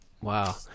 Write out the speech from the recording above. Wow